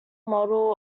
model